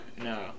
no